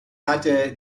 hatte